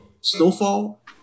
Snowfall